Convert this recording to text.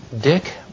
Dick